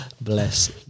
Bless